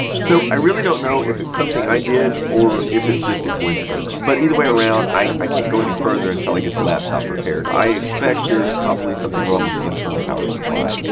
so, i really don't know if it's something i did, or if it's just a coincidence. but either way around, i can't go any further until i get the laptop repaired. i expect there's probably something wrong with the internal power supply.